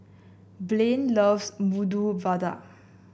Blaine loves Medu Vada